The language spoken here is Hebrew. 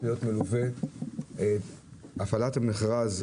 --- הפעלת המכרז,